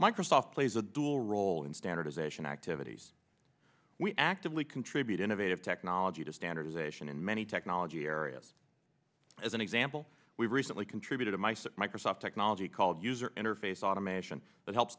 microsoft plays a dual role in standardization activities we actively contribute innovative technology to standardization in many technology areas as an example we recently contributed of mice microsoft technology called user interface automation that helps